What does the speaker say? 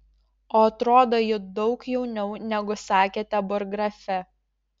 o atrodo ji daug jauniau negu sakėte burggrafe